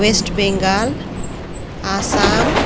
West Bengal Assam